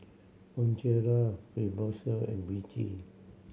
Bonjela Fibrosol and Vichy